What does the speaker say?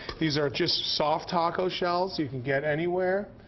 these are just soft taco shells you can get everywhere.